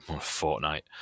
fortnight